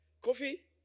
coffee